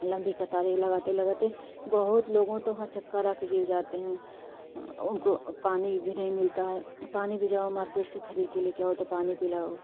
लंबी कतारे लगाते लगाते बहुत लोगों तो वहाँ चक्कर आकर गिर जाते हैं उनको पानी भी नहीं मिलता है पानी भी जाओ मार्केट से खरीदकर लेकर के आओ तो पिलाओ